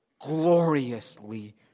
gloriously